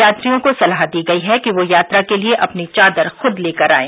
यात्रियों को सलाह दी गई है कि वे यात्रा के लिए अपनी चादर खुद लेकर आएं